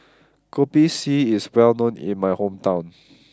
Kopi C is well known in my hometown